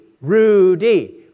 Rudy